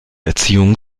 erziehung